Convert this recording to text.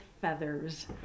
Feathers